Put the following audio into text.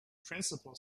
principal